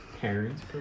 Parent's